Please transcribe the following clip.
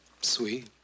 Sweet